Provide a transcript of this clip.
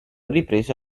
ripreso